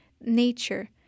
nature